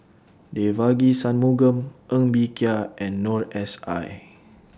Devagi Sanmugam Ng Bee Kia and Noor S I